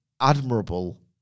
admirable